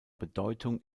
bedeutung